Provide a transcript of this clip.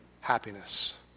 happiness